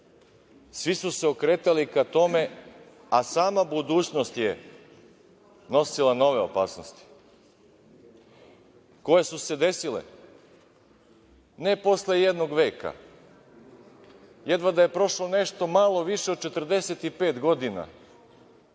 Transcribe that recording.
svi su se okretali ka tome, a sama budućnost je nosila nove opasnosti, koje su se desile ne posle jednog veka, jedva da je prošlo nešto malo više od 45 godina